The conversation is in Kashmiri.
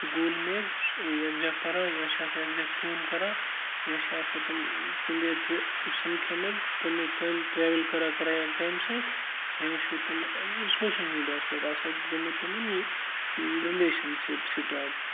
سکوٗل میٹ یَکجا پَران یا چھِ آسان یَکجا کٲم کران یا چھِ آسان تٕم کُنہِ جایہِ سَمکھیمٕتۍ پَننہِ کامہِ ٹرٛیوٕل کَران یا کامہِ سۭتۍ یا چھِ تٕم سوشَل میٖڈیاہَس پٮ۪ٹھ آسان گومُت تِمَن رِلیشَنشِپ سِٹاٹ